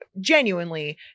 genuinely